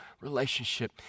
relationship